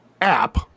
app